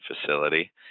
facility